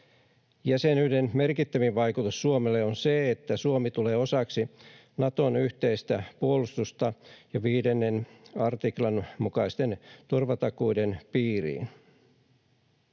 Jäsenyyden merkittävin vaikutus Suomelle on se, että Suomi tulee osaksi Naton yhteistä puolustusta ja 5 artiklan mukaisten turvatakuiden piiriin.